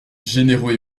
généreux